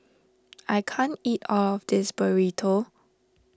I can't eat all of this Burrito